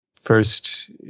first